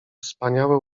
wspaniałe